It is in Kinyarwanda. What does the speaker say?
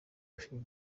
gushima